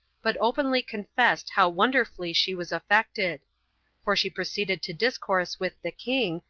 but openly confessed how wonderfully she was affected for she proceeded to discourse with the king,